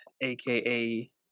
aka